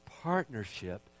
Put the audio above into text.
partnership